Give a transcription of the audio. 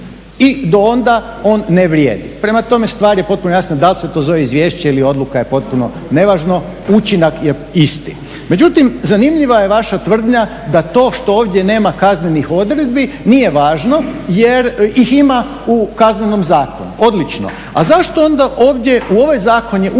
i do onda on ne vrijedi. Prema tome stvar je potpuno jasna. Dal se to zove izvješće ili odluka je potpuno nevažno, učinak je isti. Međutim, zanimljiva je vaša tvrdnja da to što ovdje nema kaznenih odredbi nije važno jer ih ima u Kaznenom zakonu, odlično. A zašto onda ovdje u ovaj zakon je utrpano